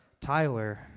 Tyler